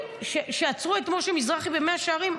כשעצרו את משה מזרחי במאה שערים,